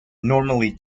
normally